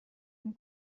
and